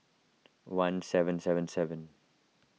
one seven seven seven